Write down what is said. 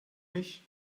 mich